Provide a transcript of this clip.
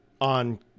On